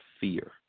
fear